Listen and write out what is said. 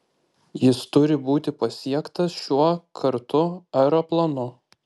jis turi būti pasiektas šiuo kartu aeroplanu